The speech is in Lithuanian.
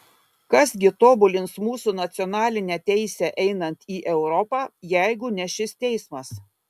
kas gi tobulins mūsų nacionalinę teisę einant į europą jeigu ne šis teismas